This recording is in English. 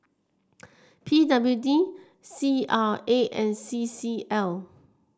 P W D C R A and C C L